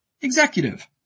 Executive